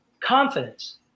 confidence